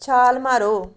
ਛਾਲ ਮਾਰੋ